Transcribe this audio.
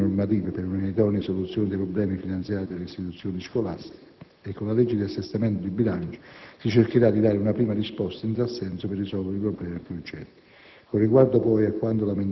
Sono ora allo studio iniziative normative per un'idonea soluzione dei problemi finanziari delle istituzioni scolastiche. Con la legge di assestamento di bilancio si cercherà di dare una prima risposta in tal senso, per risolvere i problemi più urgenti.